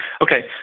okay